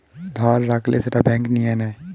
ধার রাখলে সেটা ব্যাঙ্ক নিয়ে নেয়